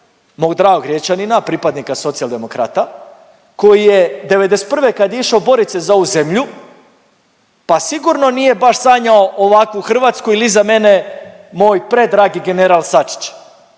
mog dragog Riječanina, pripadnika Socijaldemokrata koji je '91. kad je išao borit se za ovu zemlju, pa sigurno nije baš sanjao ovakvu Hrvatsku ili iza mene moj predragi general Sačić